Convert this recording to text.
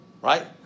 Right